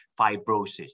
fibrosis